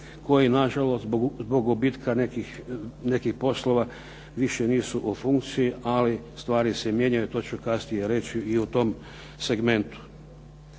koji na žalost zbog gubitka nekih poslova više nisu u funkciji, ali stvari se mijenjaju to ću kasnije reći u tom segmentu.